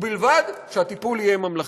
ובלבד שהטיפול יהיה ממלכתי.